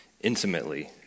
intimately